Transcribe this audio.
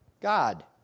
God